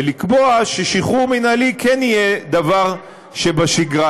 ולקבוע ששחרור מינהלי כן יהיה דבר שבשגרה,